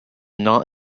not